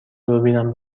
دوربینم